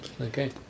Okay